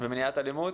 ומניעת אלימות?